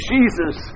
Jesus